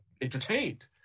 entertained